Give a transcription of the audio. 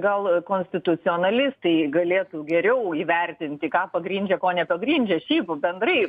gal konstitucionalistai galėtų geriau įvertinti ką pagrindžia ko nepagrindžia šiaip bendrai